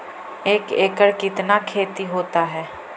एक एकड़ कितना खेति होता है?